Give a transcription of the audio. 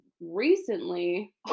recently